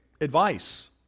advice